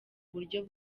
buryo